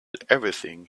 everything